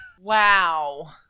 Wow